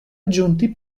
aggiunti